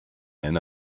eine